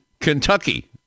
Kentucky